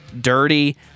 Dirty